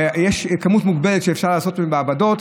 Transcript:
ויש כמות מוגבלת שאפשר לעשות במעבדות.